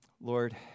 lord